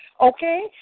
Okay